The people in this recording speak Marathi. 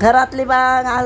घरातली बाग आ